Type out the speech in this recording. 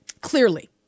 Clearly